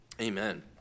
Amen